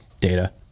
data